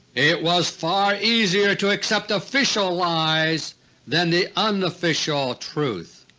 it was far easier to accept official lies than the unofficial truth.